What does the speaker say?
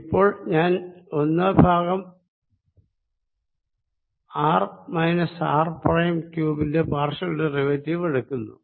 ഇപ്പോൾ ഞാൻ E ഒന്ന് ഭാഗം ആർ മൈനസ്ആർ പ്രൈം ക്യൂബ്ഡിന്റെ പാർഷ്യൽ ഡെറിവേറ്റീവ് എടുക്കുന്നു